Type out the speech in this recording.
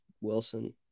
Wilson